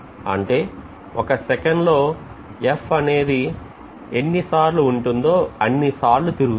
అంటే ఒక సెకనులో f అనేది ఒక సెకనులో ఎన్నిసార్లు ఉంటుందో అన్నిసార్లు తిరుగుతుంది